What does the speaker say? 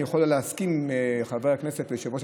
אני יכול להסכים עם חבר הכנסת ויושב-ראש